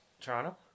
Toronto